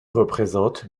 représente